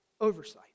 oversight